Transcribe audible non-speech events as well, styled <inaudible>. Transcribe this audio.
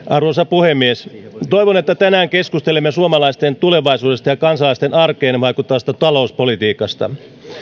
<unintelligible> arvoisa puhemies toivon että tänään keskustelemme suomalaisten tulevaisuudesta ja kansalaisten arkeen vaikuttavasta talouspolitiikasta